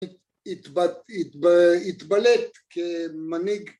‫התבלט כמנהיג...